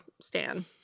stan